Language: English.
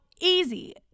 easy